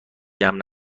جمع